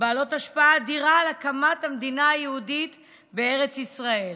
בעלות השפעה אדירה על הקמת המדינה היהודית בארץ ישראל.